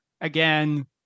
Again